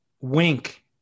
wink